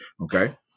Okay